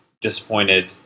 disappointed